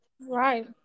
Right